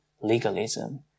legalism